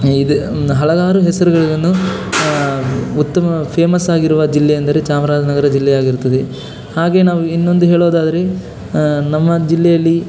ಇದು ಹಲವಾರು ಹೆಸರುಗಳನ್ನು ಉತ್ತಮ ಫೇಮಸ್ಸಾಗಿರುವ ಜಿಲ್ಲೆ ಅಂದರೆ ಚಾಮರಾಜನಗರ ಜಿಲ್ಲೆ ಆಗಿರುತ್ತದೆ ಹಾಗೆ ನಾವು ಇನ್ನೊಂದು ಹೇಳೋದಾದರೆ ನಮ್ಮ ಜಿಲ್ಲೆಯಲ್ಲಿ